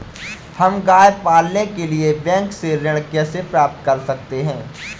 हम गाय पालने के लिए बैंक से ऋण कैसे प्राप्त कर सकते हैं?